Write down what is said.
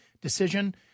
decision